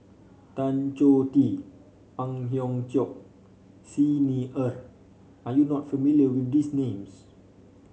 Tan Choh Tee Ang Hiong Chiok Xi Ni Er are you not familiar with these names